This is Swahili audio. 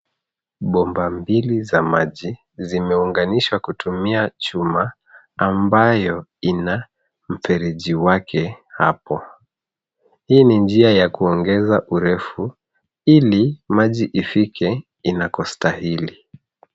Bomba mbili za maji zimeunganishwa kutumia chuma ambayo ina mfereji wake hapo. Hii ni njia ya kuongeza urefu ili maji ifike inakostahili .